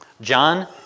John